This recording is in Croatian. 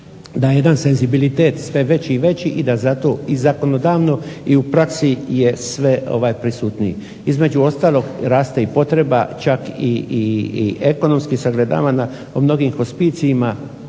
da jedan senzibilitet je sve veći i veći i da zato i zakonodavno i u praksi je sve prisutniji. Između ostalog raste i potreba, čak i ekonomski sagledavana po mnogim hospicijima,